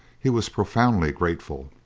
he was profoundly grateful.